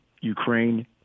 Ukraine